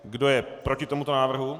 Kdo je proti tomuto návrhu?